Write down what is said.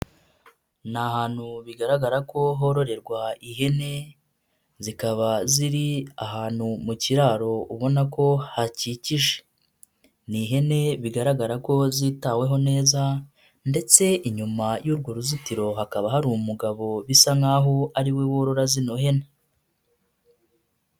Ni ahantu bigaragara ko hororerwa ihene zikaba ziri ahantu mu kiraro ubona ko hakikije, ni ihene bigaragara ko zitaweho neza ndetse inyuma y'urwo ruzitiro hakaba hari umugabo bisa nk'aho ari we worora zino hene.